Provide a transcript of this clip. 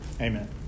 amen